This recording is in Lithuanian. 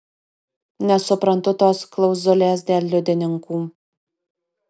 nesuprantu tos klauzulės dėl liudininkų